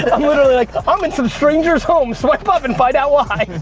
i'm literally like, i'm in some stranger's home, swipe up and find out why.